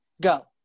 Go